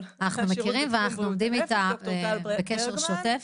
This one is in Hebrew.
--- אנחנו מכירים ואנחנו עומדים איתה בקשר שוטף.